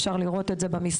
ואפשר לראות את זה במספרים.